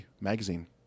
magazine